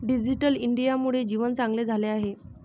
digital इंडियामुळे जीवन चांगले झाले आहे